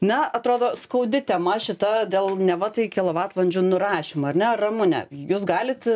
na atrodo skaudi tema šita dėl neva tai kilovatvalandžių nurašymo ar ne ramune jūs galit